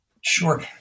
Sure